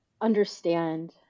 understand